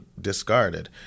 discarded